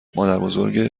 مادربزرگ